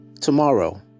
tomorrow